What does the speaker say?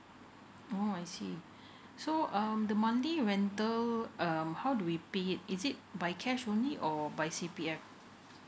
mm I see so um the monthly rental um how do we pay it is it by cash only or by C_P_F